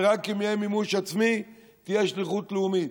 ורק אם יהיה מימוש עצמי תהיה שליחות לאומית.